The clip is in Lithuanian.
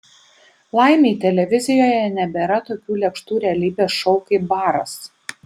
laimei televizijoje nebėra tokių lėkštų realybės šou kaip baras